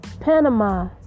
Panama